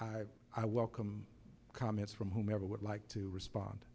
i welcome comments from whomever would like to respond